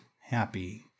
happy